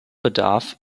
bedarf